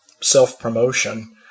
self-promotion